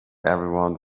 everyone